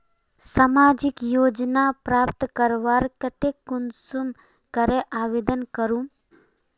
सामाजिक योजना प्राप्त करवार केते कुंसम करे आवेदन करूम?